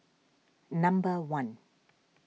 number one